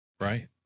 Right